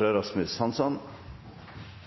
Rasmus Hansson – til neste